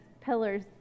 pillars